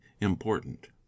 important